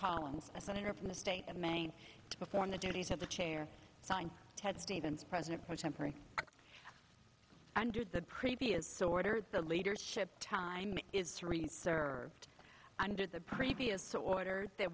calling a senator from the state of maine to perform the duties of the chair signed ted stevens president pro tempore under the previous order the leadership time is to read served under the previous order that